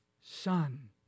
son